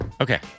Okay